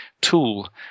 tool